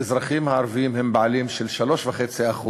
האזרחים הערבים הם בעלים של 3.5%